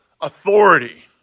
authority